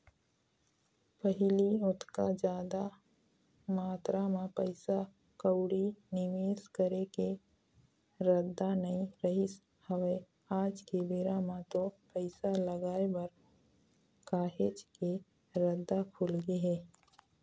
पहिली ओतका जादा मातरा म पइसा कउड़ी निवेस करे के रद्दा नइ रहिस हवय आज के बेरा म तो पइसा लगाय बर काहेच के रद्दा खुलगे हे